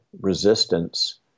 resistance